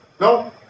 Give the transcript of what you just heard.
No